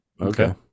Okay